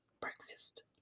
breakfast